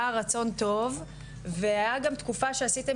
היה רצון טוב והיה גם תקופה שעשיתם